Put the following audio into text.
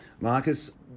Marcus